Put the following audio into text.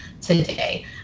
today